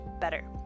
better